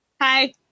hi